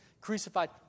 crucified